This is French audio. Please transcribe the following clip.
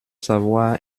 savoir